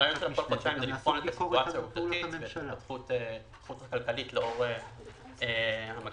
הרעיון הוא לבחון סיטואציה עובדתית וסיטואציה כלכלית לאור המגפה,